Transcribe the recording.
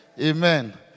Amen